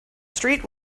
street